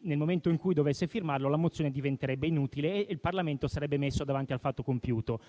Nel momento in cui dovesse firmare, la mozione diventerebbe inutile e il Parlamento sarebbe messo davanti al fatto compiuto.